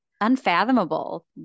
unfathomable